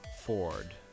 Ford